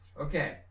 Okay